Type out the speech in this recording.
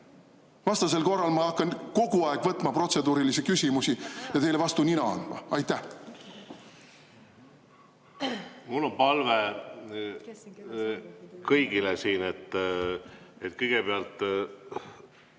Vastasel korral ma hakkan kogu aeg võtma protseduurilisi küsimusi ja teile vastu nina andma. Mul on palve kõigile siin, kõigepealt,